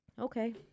okay